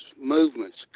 movements